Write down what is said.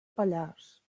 pallars